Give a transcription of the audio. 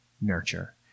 nurture